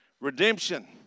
redemption